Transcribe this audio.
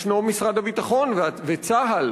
ישנו משרד הביטחון וצה"ל,